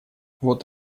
вот